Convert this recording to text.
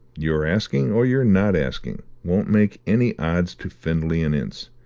your asking, or your not asking, won't make any odds to findlay and ince.